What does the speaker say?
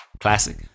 Classic